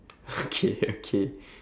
okay okay